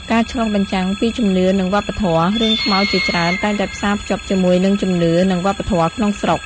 ការឆ្លុះបញ្ចាំងពីជំនឿនិងវប្បធម៌ រឿងខ្មោចជាច្រើនតែងតែផ្សារភ្ជាប់ជាមួយនឹងជំនឿនិងវប្បធម៌ក្នុងស្រុក។